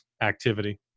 activity